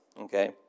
okay